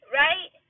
right